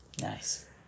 Nice